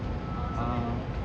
oh